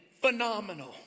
phenomenal